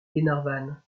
glenarvan